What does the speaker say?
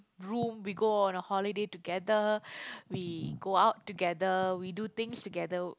room we go on a holiday together we go out together we do things together